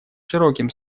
широким